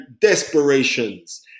desperations